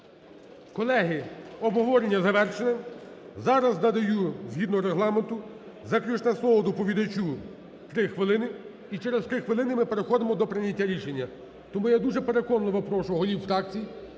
Колеги, обговорення завершили. Зараз надаю згідно Регламенту, заключне слово доповідачу три хвилини і через три хвилини ми переходимо до прийняття рішення. Тому я дуже переконливо прошу голів фракції